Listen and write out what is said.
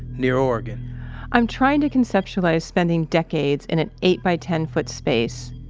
near oregon i'm trying to conceptualize spending decades in an eight by ten foot space.